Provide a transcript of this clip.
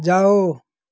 जाओ